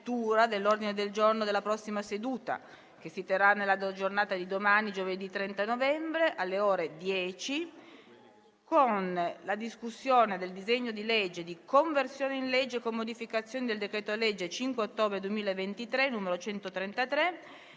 grazie a tutti